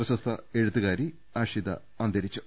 പ്രശസ്ത എഴുത്തുകാരി അഷിത അന്തരിച്ചു